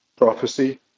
Prophecy